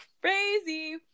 crazy